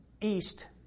East